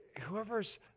whoever's